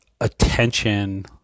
attention